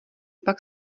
pak